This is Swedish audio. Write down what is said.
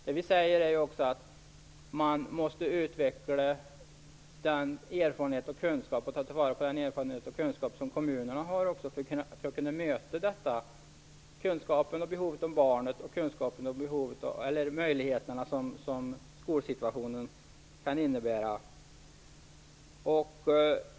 Man måste också utveckla och ta till vara på den kunskap och erfarenhet som kommunerna har för att kunna möta detta behov och de möjligheter som skolsituationen kan innebära.